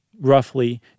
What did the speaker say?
roughly